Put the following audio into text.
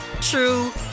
true